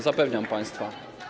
Zapewniam państwa.